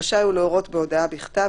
רשאי הוא להורות בהודעה בכתב,